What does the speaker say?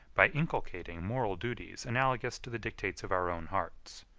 by inculcating moral duties analogous to the dictates of our own hearts.